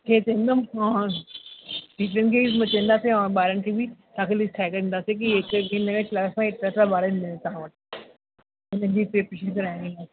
ईअं थींदो टीचरुनि खे बि चवंदासीं ऐं ॿारनि खे बि तव्हांखे लिस्ट ठाहे करे ॾींदासीं की हिकु हिकु हिन न मां क्लास मां ऐतिरा ऐतिरा ॿार ईंदा तव्हां वटि हुननि जी प्रेपरेशन कराइणी आहे